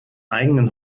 eigenen